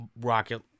Rocket